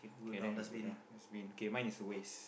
k then we go down dustbin okay mine is a waste